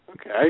Okay